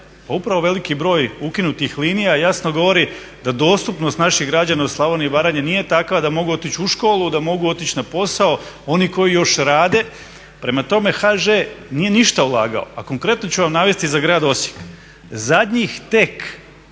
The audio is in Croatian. upravo veliki broj ukinutih linija jasno govori da dostupnost naših građana u Slavoniji i Baranji nije takva da mogu otići u školu, da mogu otići na posao, oni koji još rade. Prema tome, HŽ nije ništa ulagao. A konkretno ću vam navesti za Grad Osijek